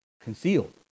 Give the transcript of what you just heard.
concealed